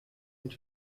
und